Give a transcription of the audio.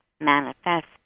manifest